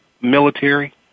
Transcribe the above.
military